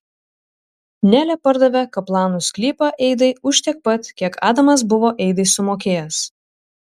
nelė pardavė kaplanų sklypą eidai už tiek pat kiek adamas buvo eidai sumokėjęs